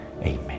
Amen